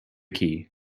key